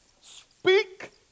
Speak